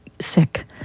sick